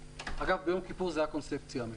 אגב, ביום כיפור זה היה קונספציאלי